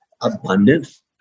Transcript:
abundance